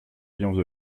triomphe